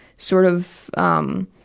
sort of um